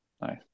Nice